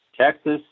Texas